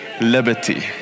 liberty